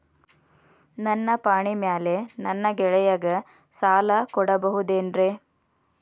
ನನ್ನ ಪಾಣಿಮ್ಯಾಲೆ ನನ್ನ ಗೆಳೆಯಗ ಸಾಲ ಕೊಡಬಹುದೇನ್ರೇ?